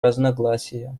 разногласия